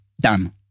done